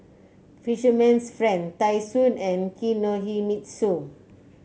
Fisherman's Friend Tai Sun and Kinohimitsu